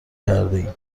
کردهایم